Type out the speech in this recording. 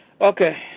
Okay